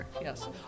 yes